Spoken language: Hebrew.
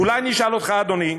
‏אולי נשאל אותך, אדוני,